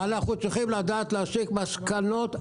ואנחנו צריכים לדעת להסיק מסקנות למה.